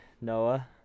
Noah